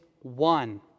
one